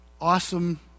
awesome